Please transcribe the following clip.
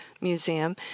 Museum